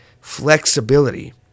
flexibility